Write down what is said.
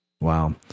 Wow